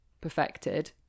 perfected